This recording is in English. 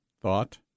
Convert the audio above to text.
thought